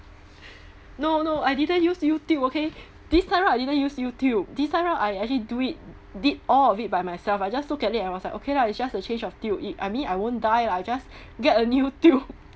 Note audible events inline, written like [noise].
[breath] no no I didn't use youtube okay [breath] this time round I didn't use youtube this time round I actually do it did all of it by myself I just look at it and was like okay lah it's just a change of tube it I mean I won't die lah I just [breath] get a new tube